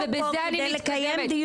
ובזה אני מסיימת.